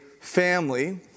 family